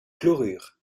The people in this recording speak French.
chlorure